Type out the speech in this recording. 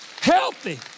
healthy